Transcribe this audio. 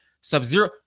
Sub-Zero